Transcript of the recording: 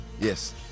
yes